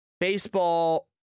baseball